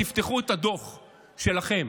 תפתחו את הדוח שלכם,